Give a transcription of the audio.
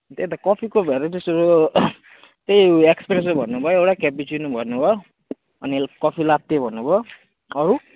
त्यही त कफीको भेराईटीस्हरू त्यही एस्प्रेसो भन्नुभयो एउटा क्यापिचिनो भन्नुभयो अनि कफी लाटे भन्नुभयो अरू